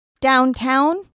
downtown